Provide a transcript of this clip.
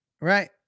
right